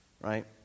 right